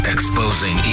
Exposing